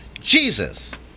Jesus